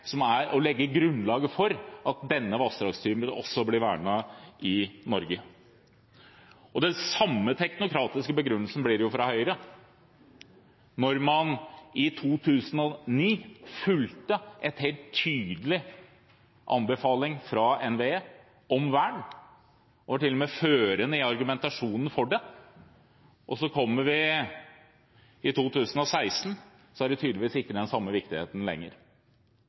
her til å prioritere vern, støtte sitt eget fylkeslag i Hordaland og legge grunnlaget for at denne vassdragstypen også blir vernet i Norge. Den samme teknokratiske begrunnelsen blir det fra Høyre, når man i 2009 fulgte en helt tydelig anbefaling fra NVE om vern – var til og med førende i argumentasjonen for det – og så, når vi kommer til 2016, har det tydeligvis ikke den samme viktigheten